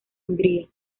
hungría